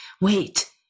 wait